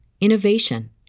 innovation